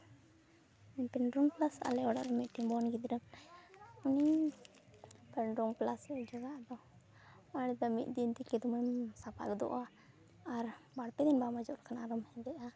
ᱯᱮᱱᱰᱨᱚᱢ ᱯᱞᱟᱥ ᱟᱞᱮ ᱚᱲᱟᱜ ᱨᱮ ᱢᱤᱫᱴᱮᱡᱵᱳᱱ ᱜᱤᱫᱽᱨᱟᱹ ᱢᱮᱱᱟᱭᱟ ᱩᱱᱤ ᱯᱮᱱᱰᱨᱚᱢ ᱯᱞᱟᱥᱮ ᱚᱡᱚᱜᱟ ᱟᱫᱚ ᱚᱱᱟ ᱫᱚ ᱢᱤᱫ ᱫᱤᱱ ᱛᱮᱜᱮ ᱫᱚᱢᱮᱢ ᱥᱟᱯᱷᱟ ᱜᱚᱫᱚᱜᱼᱟ ᱟᱨ ᱵᱟᱨᱼᱯᱮ ᱫᱤᱱ ᱵᱟᱢ ᱚᱡᱚᱜ ᱞᱮᱠᱷᱟᱱ ᱟᱨᱚᱢ ᱦᱮᱸᱫᱮᱜᱼᱟ